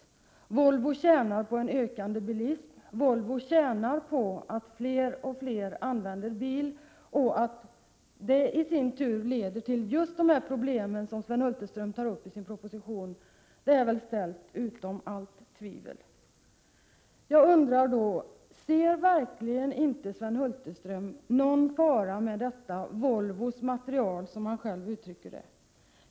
Volvo tjänar på en ökande bilism, Volvo tjänar på att fler och fler använder bil, och att det i sin tur leder till just de problem som Sven Hulterström tar upp i sin proposition är väl ställt utom allt tvivel. Jag undrar: Ser verkligen inte Sven Hulterström någon fara med detta Volvos material, som han själv uttrycker det?